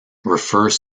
refers